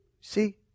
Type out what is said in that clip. See